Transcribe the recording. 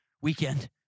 weekend